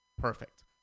Perfect